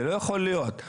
זה לא יכול להיות.